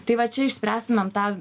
tai va čia išspręstumėm tą